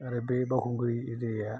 आरो बे बाउखुंग्रि एरियाया